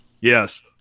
Yes